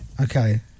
Okay